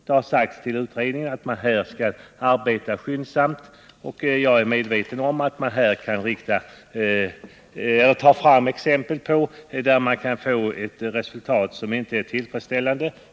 Det har framförts till utredningen att den skall arbeta skyndsamt. Jag är medveten om att man kan ge exempel på sådana fall där man får ett resultat som inte är tillfredsställande.